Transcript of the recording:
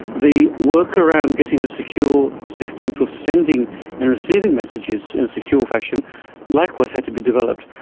the work around getting a secure system for sending and receiving messages in a secure fashion likewise had to be developed.